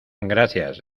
gracias